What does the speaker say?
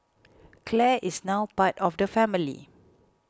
Clare is now part of the family